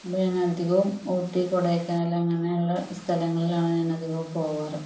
അപ്പം ഞാൻ അധികവും ഊട്ടി കൊടൈക്കനാൽ അങ്ങനെയുള്ള സ്ഥലങ്ങളിലാണ് ഞാൻ അധികവും പോകാറ്